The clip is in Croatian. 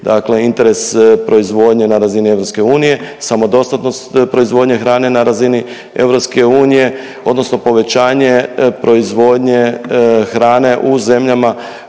dakle interes proizvodnje na razini EU, samodostatnost proizvodnje hrane na razini EU odnosno povećanje proizvodnje hrane u zemljama